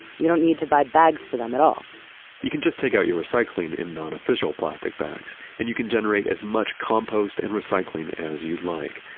you don't need to buy bags for them at all you can just take out your recycling in nonofficial plastic bags, and you can generate as much compost and recycling as you'd like.